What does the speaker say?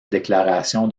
déclaration